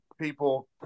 people